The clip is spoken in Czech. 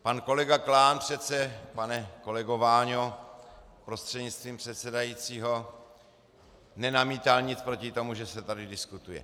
Pan kolega Klán přece, pane kolego Váňo, prostřednictvím předsedajícího, nenamítal nic proti tomu, že se tady diskutuje.